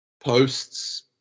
posts